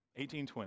1820